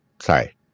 sorry